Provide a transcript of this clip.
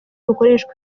rukoreshwa